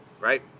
right